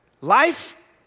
Life